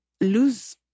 lose